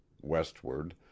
westward